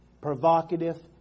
provocative